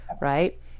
Right